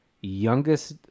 youngest